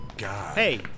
Hey